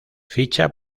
ficha